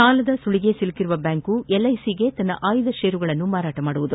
ಸಾಲದ ಸುಳಿಗೆ ಸಿಲುಕಿರುವ ಬ್ಯಾಂಕ್ ಎಲ್ಐಸಿಗೆ ತನ್ನ ಆಯ್ಲ ಷೇರುಗಳನ್ನು ಮಾರಾಟ ಮಾಡಲಿದೆ